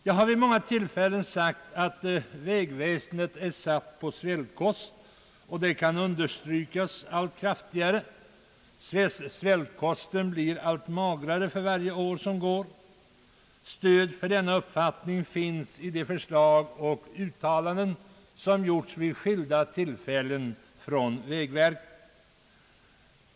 Jag har vid många tillfällen sagt att vägväsendet är satt på svältkost, och det kan understrykas allt kraftigare. Svältkosten blir allt magrare för varje år som går. Stöd för denna uppfattning finns i de förslag och uttalanden som vägverket vid flera tillfällen framfört.